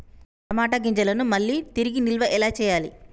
టమాట గింజలను మళ్ళీ తిరిగి నిల్వ ఎలా చేయాలి?